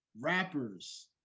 rappers